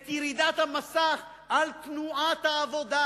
את ירידת המסך על תנועת העבודה,